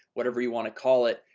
whatever you want to call it.